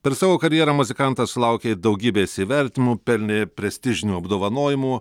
per savo karjerą muzikantas sulaukė daugybės įvertinimų pelnė prestižinių apdovanojimų